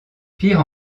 pire